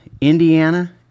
Indiana